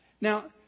Now